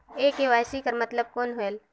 ये के.वाई.सी कर मतलब कौन होएल?